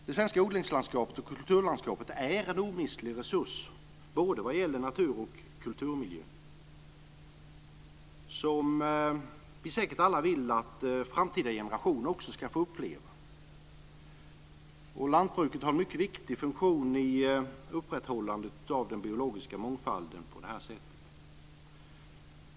Det svenska odlings och kulturlandskapet är en omistlig resurs både vad gäller natur och kulturmiljön. Vi alla vill säkert att framtida generationer ska få uppleva detta. Lantbruket har en mycket viktig funktion i upprätthållandet av den biologiska mångfalden.